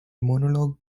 monologue